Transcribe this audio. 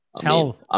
Hell